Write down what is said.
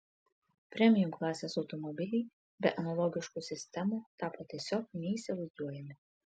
premium klasės automobiliai be analogiškų sistemų tapo tiesiog neįsivaizduojami